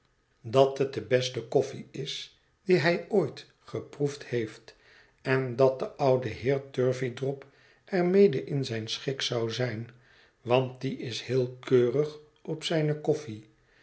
dat het de beste koffie is die hij ooit geproefd heeft en dat de oude heer turveydrop er mede in zijn schik zou zijn want die is heel keurig op zijne koffie